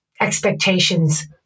expectations